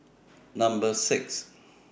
Number six